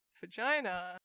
vagina